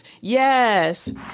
Yes